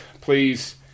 please